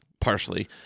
partially